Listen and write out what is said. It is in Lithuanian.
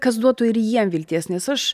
kas duotų ir jiem vilties nes aš